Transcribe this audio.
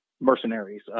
mercenaries